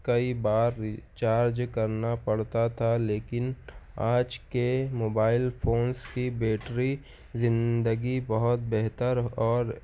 کئی بار ریچارج کرنا پڑتا تھا لیکن آج کے موبائل فونس کی بیٹری زندگی بہت بہتر اور